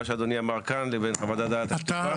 שאדוני אמר כאן לבין חוות הדעת הכתובה.